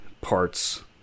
parts